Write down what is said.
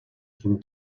qu’une